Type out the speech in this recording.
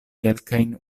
kelkajn